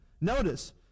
Notice